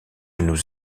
nous